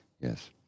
Yes